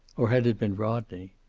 or had it been rodney?